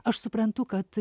aš suprantu kad